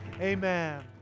amen